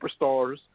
superstars